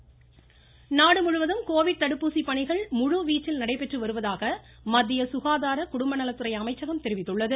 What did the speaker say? Covid எண்ணிக்கை நாடு முழுவதும் கோவிட் தடுப்பூசி பணிகள் முழுவீச்சில் நடைபெற்று வருதவாக மத்திய சுகாதார குடும்பநலத்துறை அமைச்சகம் தெரிவித்துள்ளது